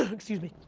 excuse me,